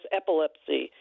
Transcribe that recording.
epilepsy